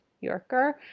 Yorker